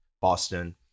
Boston